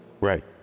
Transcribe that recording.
Right